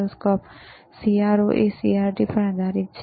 CRO CRT પર આધારિત છે